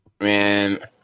Man